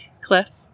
cliff